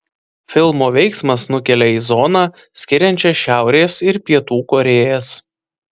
filmo veiksmas nukelia į zoną skiriančią šiaurės ir pietų korėjas